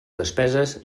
despeses